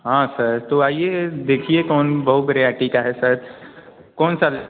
हाँ सर तो आइए देखिए कौन बहु बेरायटी का है सर कौन सा